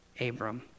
Abram